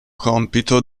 compito